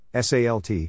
SALT